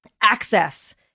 access